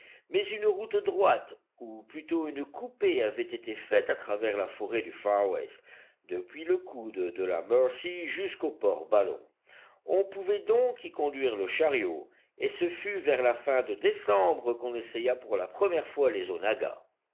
mais une route droite ou plutôt une coupée avait été faite à travers la forêt du far west depuis le coude de la mercy jusqu'au port ballon on pouvait donc y conduire le chariot et ce fut vers la fin de décembre qu'on essaya pour la première fois les onaggas